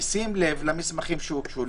"בשים לב למסמכים שהוגשו,